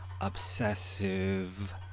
obsessive